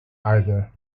either